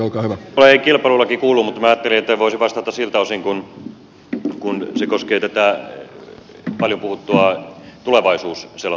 minulle ei kilpailulaki kuulu mutta minä ajattelin että voisin vastata siltä osin kuin se koskee tätä paljon puhuttua tulevaisuusselontekotyötä